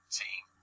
team